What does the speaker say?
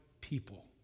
people